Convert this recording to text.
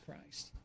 Christ